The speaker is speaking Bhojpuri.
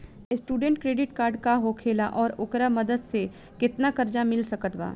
स्टूडेंट क्रेडिट कार्ड का होखेला और ओकरा मदद से केतना कर्जा मिल सकत बा?